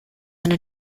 eine